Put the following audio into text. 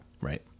Right